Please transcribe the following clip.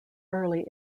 early